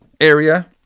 area